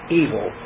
evil